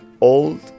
old